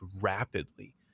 rapidly